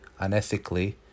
unethically